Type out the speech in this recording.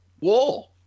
war